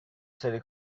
سری